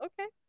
okay